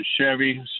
Chevy